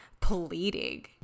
pleading